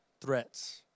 threats